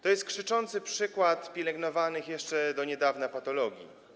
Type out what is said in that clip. To jest krzyczący przykład pielęgnowanych jeszcze do niedawna patologii.